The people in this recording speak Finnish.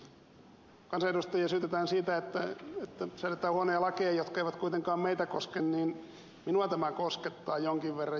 kun kansanedustajia syytetään siitä että säädetään huonoja lakeja jotka eivät kuitenkaan meitä koske niin minua tämä koskettaa jonkin verran